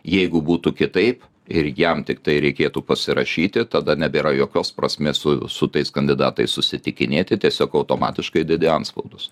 jeigu būtų kitaip ir jam tiktai reikėtų pasirašyti tada nebėra jokios prasmės su su tais kandidatais susitikinėti tiesiog automatiškai dedi antspaudus